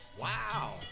Wow